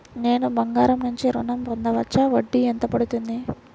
నేను బంగారం నుండి ఋణం పొందవచ్చా? వడ్డీ ఎంత పడుతుంది?